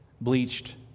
bleached